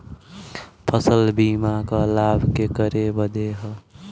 फसल बीमा क लाभ केकरे बदे ह?